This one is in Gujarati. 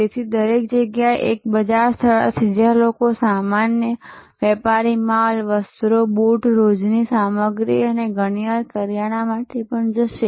તેથી દરેક જગ્યાએ એક બજાર સ્થળ હશે જ્યાં લોકો સામાન્ય વેપારી માલ વસ્ત્રો બૂટ રોજની સામગ્રી અને ઘણીવાર કરિયાણા માટે પણ જશે